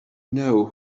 know